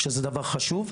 שזה דבר חשוב.